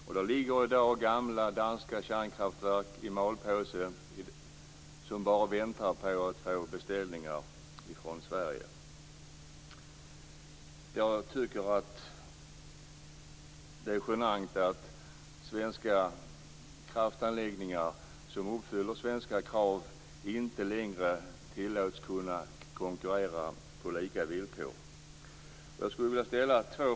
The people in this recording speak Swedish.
I dag ligger gamla danska kärnkraftverk i malpåse och bara väntar på att få beställningar från Sverige. Jag tycker att det är genant att svenska kraftanläggningar, som uppfyller svenska krav, inte längre tillåts konkurrera på lika villkor.